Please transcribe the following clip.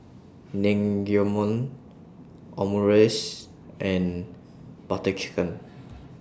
Naengmyeon Omurice and Butter Chicken